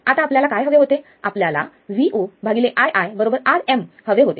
आता आपल्याला काय हवे होते आपल्यालाRm हवे होते